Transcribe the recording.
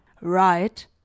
Right